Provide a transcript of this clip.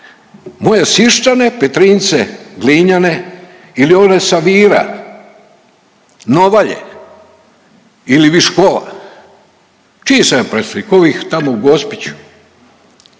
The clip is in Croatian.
Moje Sisčane, Petrinjce, Glinjane ili one sa Vira, Novalje ili Viškova, čiji sam ja predstavnik? Ovih tamo u Gospiću.